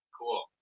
Cool